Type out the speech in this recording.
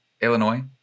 Illinois